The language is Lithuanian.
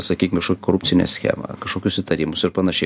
sakykim kažkokią korupcinę schemą kažkokius įtarimus ir panašiai